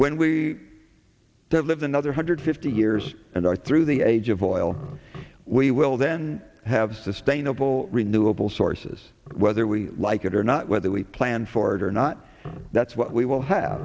when we did live another hundred fifty years and i through the age of oil we will then have sustainable renewable sources whether we like it or not whether we plan for it or not that's what we will have